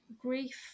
grief